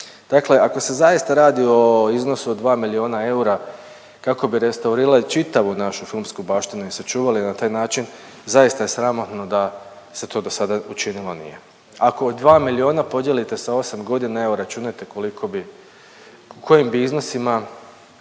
Dakle ako se zaista radi o iznosu od 2 milijuna eura kako bi restaurirali čitavu našu filmsku baštinu i sačuvali na taj način, zaista je sramotno da se to do sada učinilo nije. Ako 2 milijuna podijelite sa 8 godina, evo računajte koliko bi u kojim bi iznosima